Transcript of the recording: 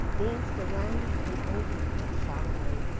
danced around it and over it but solemnly,